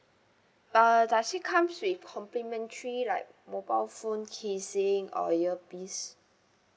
uh does this comes with complimentary like mobile phone casing or ear piece